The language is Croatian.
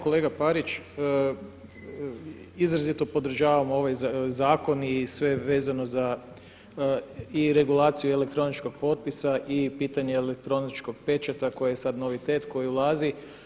Kolega Parić, izrazito podržavam ovaj zakon i sve vezano za i regulaciju elektroničkog potpisa i pitanje elektroničkog pečata koji je sad novitet koji ulazi.